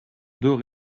deux